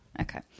Okay